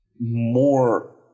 more